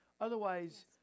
Otherwise